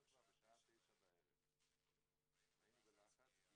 היינו כבר בשעה תשע בערב והיינו בלחץ,